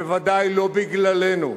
ובוודאי לא בגללנו.